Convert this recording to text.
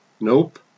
Nope